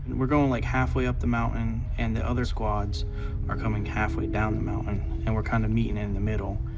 we're going, like, halfway up the mountain, and the other squads are coming halfway down the mountain, and we're kind of meeting in the middle,